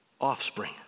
offspring